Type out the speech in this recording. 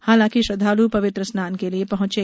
हालांकि श्रद्वाल पवित्र स्नान के लिए पहुंचे